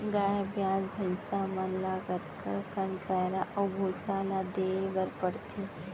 गाय ब्याज भैसा मन ल कतका कन पैरा अऊ भूसा ल देये बर पढ़थे?